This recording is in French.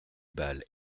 bal